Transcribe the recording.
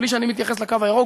בלי שאני מתייחס לקו הירוק,